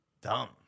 dumb